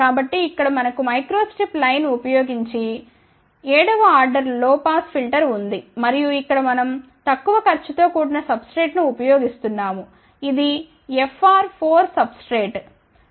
కాబట్టి ఇక్కడ మనకు మైక్రోస్ట్రిప్ లైన్ ఉపయోగించి 7 వ ఆర్డర్ లో పాస్ ఫిల్టర్ ఉంది మరియు ఇక్కడ మనం తక్కువ ఖర్చు తో కూడిన సబ్స్ట్రేట్ను ఉపయోగిస్తున్నాము ఇది FR 4 సబ్స్ట్రేట్ r 4